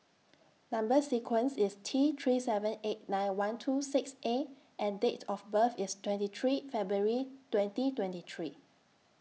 Number sequence IS T three seven eight nine one two six A and Date of birth IS twenty three February twenty twenty three